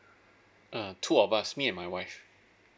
ah two of us me and my wife